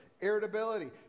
Irritability